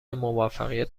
موفقیت